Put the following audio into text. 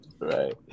Right